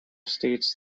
states